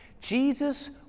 Jesus